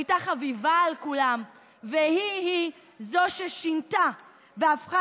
היא הייתה חביבה על כולם והיא זו ששינתה והפכה